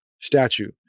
statue